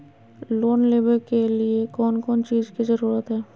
Loan लेबे के लिए कौन कौन चीज के जरूरत है?